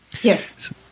Yes